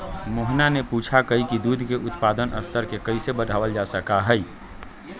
मोहना ने पूछा कई की दूध के उत्पादन स्तर के कैसे बढ़ावल जा सका हई?